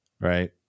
right